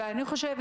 ואני חושבת